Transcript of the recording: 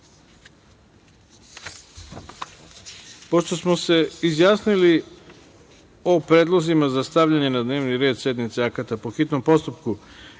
smo se izjasnili o predlozima za stavljanje na dnevni red sednice akata po hitnom postupku